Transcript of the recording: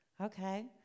Okay